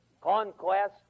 conquest